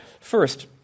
First